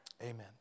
Amen